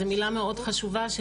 זה מילה מאוד חשובה,